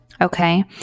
Okay